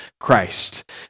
Christ